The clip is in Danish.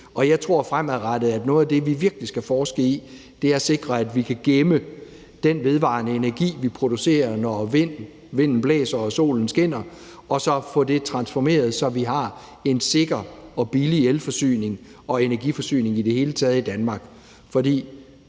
Og jeg tror, at noget af det, vi virkelig skal forske i fremadrettet, er, at vi kan sikre, at vi kan gemme den vedvarende energi, vi producerer, når vinden blæser og solen skinner, og så få det transformeret, så vi har en sikker og billig elforsyning og energiforsyning i det hele taget i Danmark. At vi